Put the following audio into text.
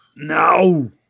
No